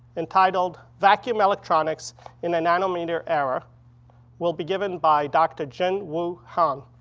entitled vacuum electronics in a nanometer era will be given by dr. jin-woo han.